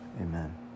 Amen